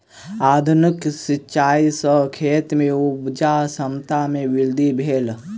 आधुनिक सिचाई सॅ खेत में उपजा क्षमता में वृद्धि भेलै